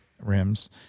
Rims